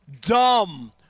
dumb